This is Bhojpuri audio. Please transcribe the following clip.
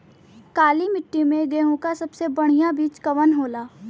काली मिट्टी में गेहूँक सबसे बढ़िया बीज कवन होला?